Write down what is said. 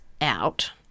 out